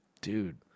Dude